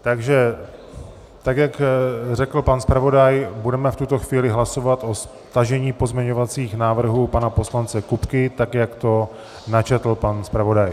Takže tak, jak řekl pan zpravodaj, budeme v tuto chvíli hlasovat o stažení pozměňovacích návrhů pana poslance Kupky tak, jak to načetl pan zpravodaj.